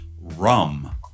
rum